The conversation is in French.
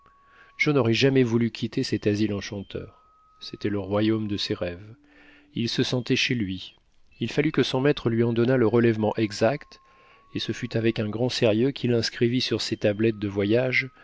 joe n'aurait jamais voulu quitter cet asile enchanteur c'était le royaume de ses rêves il se sentait chez lui il fallut que son maître lui en donnât le relèvement exact et ce fut avec un grand sérieux quil inscrivit sur ses tablettes de voyage